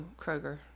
Kroger